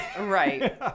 Right